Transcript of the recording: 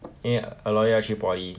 因为 ah loi 要去 poly